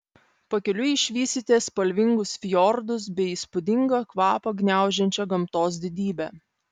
pakeliui išvysite spalvingus fjordus bei įspūdingą kvapą gniaužiančią gamtos didybę